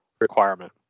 requirement